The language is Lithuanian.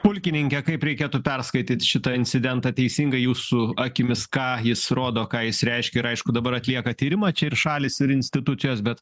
pulkininke kaip reikėtų perskaityt šitą incidentą teisingai jūsų akimis ką jis rodo ką jis reiškia ir aišku dabar atlieka tyrimą čia ir šalys ir institucijos bet